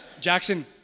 Jackson